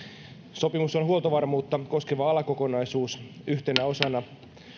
sopimus on huoltovarmuutta koskeva alakokonaisuus yhtenä osana